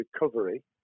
recovery